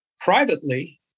privately